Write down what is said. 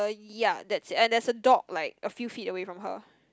ya that's it and there's a dog like a few feet away from her